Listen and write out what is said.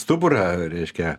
stuburą reiškia